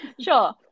Sure